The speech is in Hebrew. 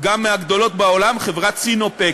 גם מהגדולות בעולם, חברת Sinotec,